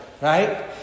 Right